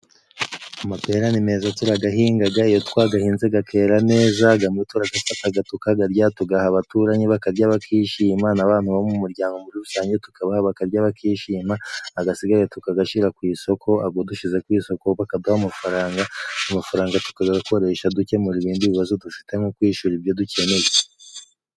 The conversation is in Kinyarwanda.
Amapera ni meza turagahingaga, iyo twagahinze gakera neza, gamwe turagafataga tukagarya. Tugaha abaturanyi bakarya bakishima n'abantu bo mu muryango muri rusange, tukabaha bakarya bakishima. Agasigaye tukagashyira ku isoko, ago dushyize ku isoko bakaduha amafaranga. Amafaranga tukagakoresha dukemura ibindi bibazo dufite nko kwishyura ibyo dukeneye.